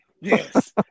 Yes